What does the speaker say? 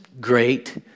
great